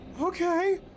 Okay